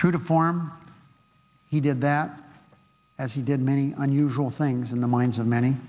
true to form he did that as he did many unusual things in the minds of many